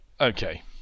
okay